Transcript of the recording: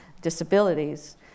disabilities